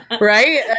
Right